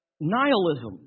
nihilism